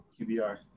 QBR